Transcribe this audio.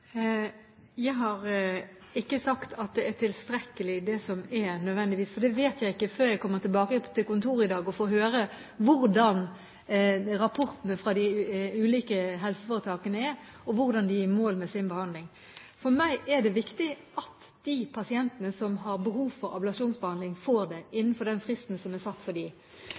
Jeg har ikke sagt at det nødvendigvis er tilstrekkelig, det som er. Det vet jeg ikke før jeg kommer tilbake til kontoret i dag og får høre hvordan rapportene fra de ulike helseforetakene er, og hvordan de er i mål med sin behandling. For meg er det viktig at de pasientene som har behov for ablasjonsbehandling, får det innenfor den fristen som er satt for